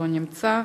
לא נמצא.